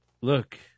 look